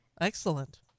Excellent